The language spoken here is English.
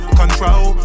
control